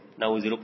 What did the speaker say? ನಾವು 0